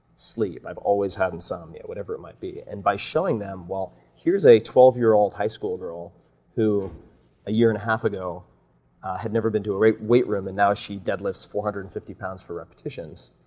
sleep. i've always had insomnia, whatever it might be, and by showing them, well, here's a twelve year old high school girl who a year and a half ago had never been to a weight weight room and now she dead lifts four hundred and fifty pounds for repetitions,